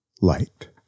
light